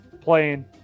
playing